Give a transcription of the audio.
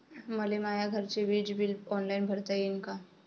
मले माया घरचे विज बिल ऑनलाईन भरता येईन का?